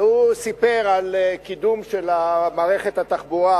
והוא סיפר על קידום של מערכת התחבורה,